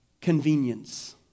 convenience